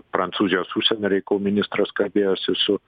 prancūzijos užsienio reikalų ministras kalbėjosi su